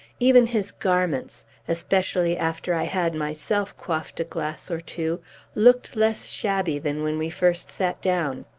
even his garments especially after i had myself quaffed a glass or two looked less shabby than when we first sat down.